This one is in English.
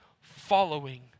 following